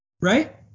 right